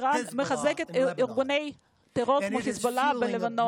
היא מחזקת ארגוני טרור כמו חיזבאללה בלבנון